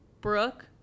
Brooke